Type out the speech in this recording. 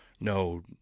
no